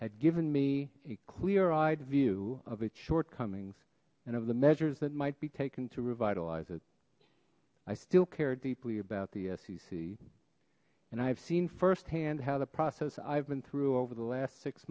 had given me a clear eyed view of its shortcomings and of the measures that might be taken to revitalize it i still care deeply about the sec and i've seen firsthand how the process i've been through over the last six